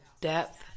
depth